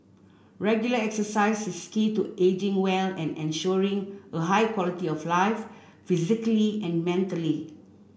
regular exercise is key to ageing well and ensuring a high quality of life physically and mentally